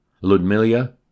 Ludmilla